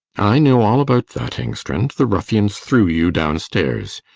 i know all about that, engstrand the ruffians threw you downstairs.